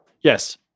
Yes